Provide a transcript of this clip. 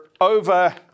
over